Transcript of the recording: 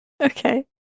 Okay